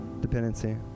dependency